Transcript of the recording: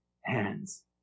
hands